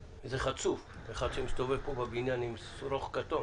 אחד שמסתובב פה בבניין עם שרוך כתום